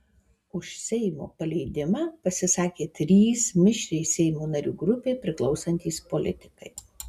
už seimo paleidimą pasisakė trys mišriai seimo narių grupei priklausantys politikai